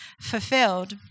fulfilled